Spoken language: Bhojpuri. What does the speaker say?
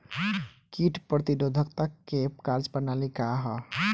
कीट प्रतिरोधकता क कार्य प्रणाली का ह?